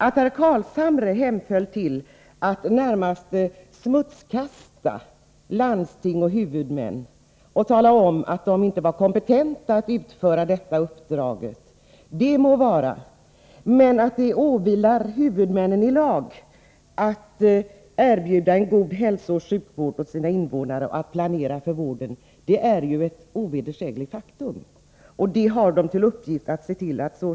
Att herr Carlshamre hemföll till att närmast smutskasta landsting och huvudmän och tala om att dessa inte var kompetenta att utföra detta uppdrag må vara, men att det åvilar huvudmännen enligt lag att erbjuda en god hälsooch sjukvård åt sina 129 invånare och att planera för vården är ju ett ovedersägligt faktum.